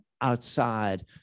outside